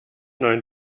neuen